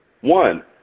One